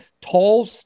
Tall